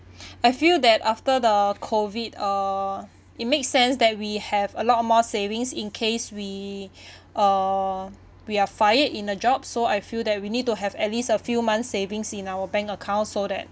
I feel that after the COVID uh it makes sense that we have a lot more savings in case we uh we are fired in a job so I feel that we need to have at least a few months savings in our bank account so that